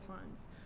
funds